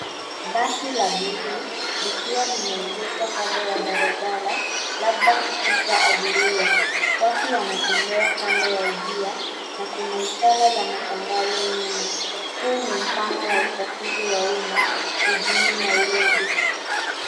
Basi la buluu likiwa limeegeshwa kando ya barabara labda kushusha abiria. Watu wanatembea kando ya njia na kuna ishara za matangazo nyuma. Huu ni mfano wa usafiri wa umma jijini Nairobi.